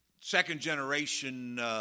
second-generation